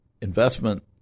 investment